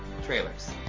Trailers